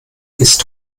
ist